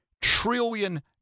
trillion